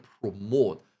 promote